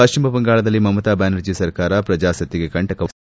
ಪಶ್ಚಿಮ ಬಂಗಾಳದಲ್ಲಿ ಮಮತಾ ಬ್ಯಾನರ್ಜಿ ಸರ್ಕಾರ ಪ್ರಜಾಸತ್ತೆಗೆ ಕಂಟಕವಾಗಿದ್ದು